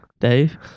Dave